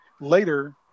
Later